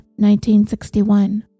1961